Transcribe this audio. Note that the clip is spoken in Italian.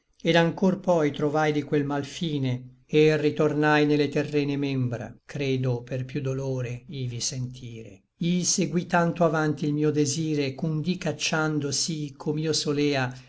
et anchor poi trovai di quel mal fine et ritornai ne le terrene membra credo per piú dolore ivi sentire i seguí tanto avanti il mio desire ch'un dí cacciando sí com'io solea